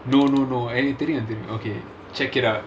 no no no okay check it out